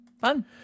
Fun